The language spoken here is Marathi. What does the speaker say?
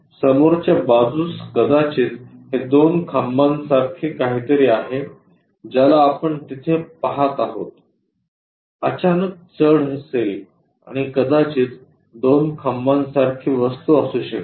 तर समोरच्या बाजूस कदाचित हे दोन खांबा सारखे काहीतरी आहे ज्याला आपण तिथे पहात आहोत अचानक चढ असेल आणि कदाचित दोन खांबा सारखी वस्तू असू शकेल